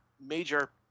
major